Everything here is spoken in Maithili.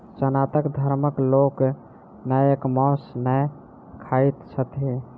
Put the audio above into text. सनातन धर्मक लोक गायक मौस नै खाइत छथि